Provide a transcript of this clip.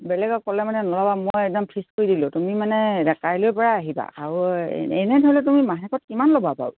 বেলেগক ক'লে মানে নল'বা মই একদম ফিক্স কৰি দিলোঁ তুমি মানে কাইলৈৰ পৰাই আহিবা আৰু এনে ধৰিলে তুমি মাহেকত কিমান ল'বা বাৰু